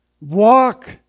Walk